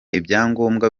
ibyangombwa